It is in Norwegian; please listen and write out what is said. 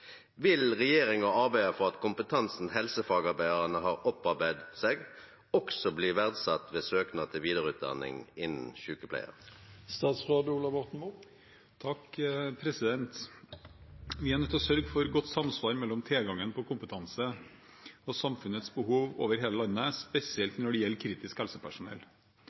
Vil regjeringa arbeide for at kompetansen helsefagarbeidaren har opparbeidd seg, også blir verdsett ved søknad til vidareutdanning innan sjukepleie?» Vi er nødt til å sørge for godt samsvar mellom tilgangen på kompetanse og samfunnets behov over hele landet, spesielt når det gjelder kritisk helsepersonell.